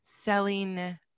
selling